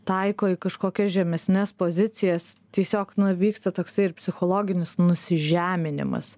taiko į kažkokias žemesnes pozicijas tiesiog nu vyksta toksai ir psichologinis nusižeminimas